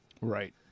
Right